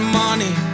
money